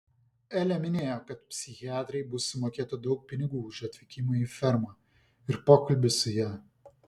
elė minėjo kad psichiatrei bus sumokėta daug pinigų už atvykimą į fermą ir pokalbį su ja